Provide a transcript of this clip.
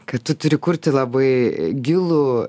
kad tu turi kurti labai gilų